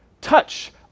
touch